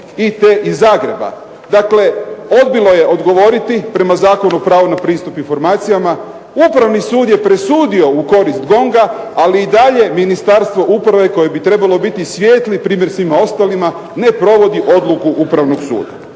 IT iz Zagreba. Dakle, odbilo je odgovoriti prema Zakonu o pravu na pristup informacijama. Upravni sud je presudio u korist GONG-a ali i dalje Ministarstvo uprave koje bi trebalo biti svijetli primjer svima ostalima ne provodi odluku Upravnog suda.